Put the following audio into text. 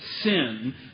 sin